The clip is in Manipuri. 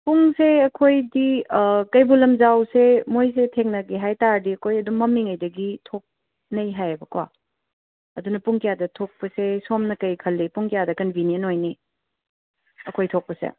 ꯄꯨꯡꯁꯦ ꯑꯩꯈꯣꯏꯗꯤ ꯀꯩꯕꯨꯜ ꯂꯝꯖꯥꯎꯁꯦ ꯃꯣꯏꯒ ꯊꯦꯡꯅꯒꯦ ꯍꯥꯏꯇꯥꯔꯗꯤ ꯑꯩꯈꯣꯏ ꯑꯗꯨꯝ ꯃꯝꯃꯤꯉꯩꯗꯒꯤ ꯊꯣꯛꯅꯩ ꯍꯥꯏꯌꯦꯕꯀꯣ ꯑꯗꯨꯅ ꯄꯨꯡ ꯀꯌꯥꯗ ꯊꯣꯛꯄꯁꯦ ꯁꯣꯝꯅ ꯀꯔꯤ ꯈꯜꯂꯤ ꯄꯨꯡ ꯀꯌꯥꯗ ꯀꯟꯕꯤꯅ꯭ꯌꯦꯟ ꯑꯣꯏꯅꯤ ꯑꯩꯈꯣꯏ ꯊꯣꯛꯄꯁꯦ